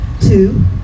two